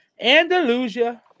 Andalusia